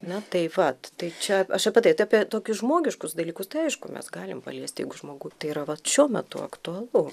na tai vat tai čia aš apie tai apie tokį žmogiškus dalykus tai aišku mes galim paliesti jeigu žmogų tai yra vat šiuo metu aktualu